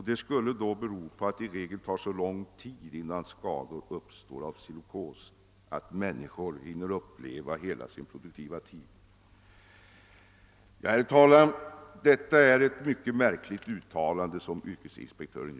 Det skulle då bero på att det i regel tar så lång tid innan det uppstår skador av silikosen, att människorna hinner uppleva hela sin produktiva tid. Detta är ett mycket märkligt uttalande av yrkesinspektören.